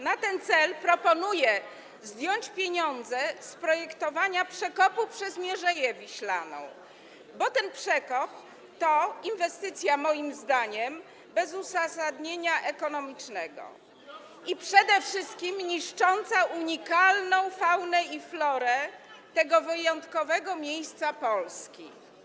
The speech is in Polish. Na ten cel proponuję zdjąć pieniądze z projektowania przekopu przez Mierzeję Wiślaną, bo ten przekop to inwestycja, moim zdaniem, bez uzasadnienia ekonomicznego, przede wszystkim niszcząca unikalną faunę i florę tego wyjątkowego miejsca Polski.